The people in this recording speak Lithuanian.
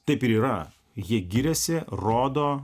taip ir yra jie giriasi rodo